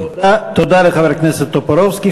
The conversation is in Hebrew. תודה לחבר הכנסת טופורובסקי.